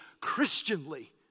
Christianly